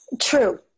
true